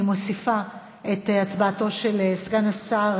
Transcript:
אני מוסיפה את הצבעתו של סגן השר